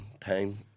time